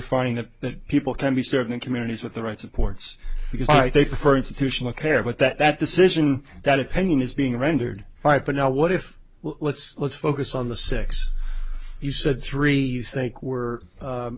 finding that that people can be served in communities with the rights of points because i think for institutional care but that decision that opinion is being rendered right now what if let's let's focus on the six you said three you think were